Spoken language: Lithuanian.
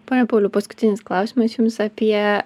pone pauliau paskutinis klausimas jums apie